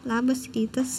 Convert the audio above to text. labas rytas